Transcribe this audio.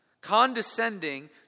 condescending